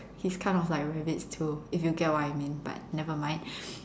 he's kind of like rabbits too if you get what I mean but never mind